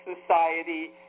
society